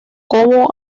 como